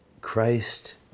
Christ